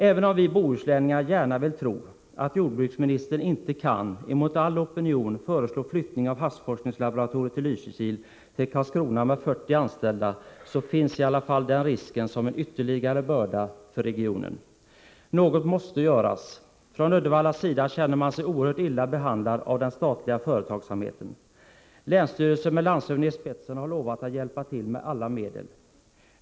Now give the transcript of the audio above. Även om vi bohuslänningar gärna vill tro att jordbruksministern inte kan, mot all opinion, föreslå flyttning till Karlskrona av havsforskningslaboratoriet i Lysekil med 40 anställda, så finns i alla fall den risken som en ytterligare börda för regionen. Något måste göras. Från Uddevallas sida känner man sig oerhört illa behandlad av den statliga företagsamheten. Länsstyrelsen med landshövdingen i spetsen har lovat att hjälpa till med alla medel.